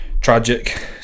tragic